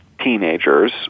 teenagers